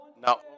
No